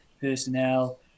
personnel